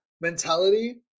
mentality